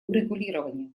урегулирования